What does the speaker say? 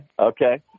Okay